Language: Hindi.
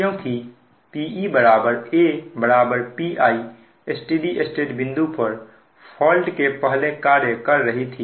क्योंकि Pe A Pi steady state बिंदु पर फॉल्ट के पहले कार्य कर रही थी